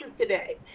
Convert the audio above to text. today